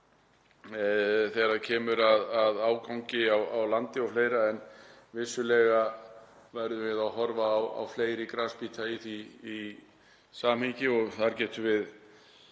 þegar kemur að ágangi á landið og fleira en vissulega verðum við að horfa á fleiri grasbíta í því samhengi. Þar getum við